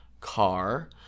car